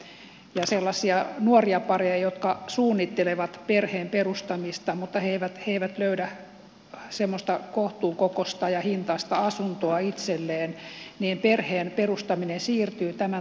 ja on sellaisia nuoriapareja jotka suunnittelevat perheen perustamista mutta eivät löydä kohtuukokoista ja hintaista asuntoa itselleen ja perheen perustaminen siirtyy tämän takia